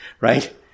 right